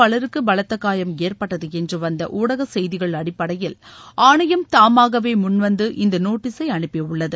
பலருக்கு பலத்த காயம் ஏற்பட்டது என்று வந்த ஊடக செய்திகள் அடிப்படையில் ஆணையம் தாமாகவே முன்வந்து இந்த நோட்டசை அனுப்பியுள்ளது